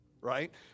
right